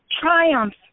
triumph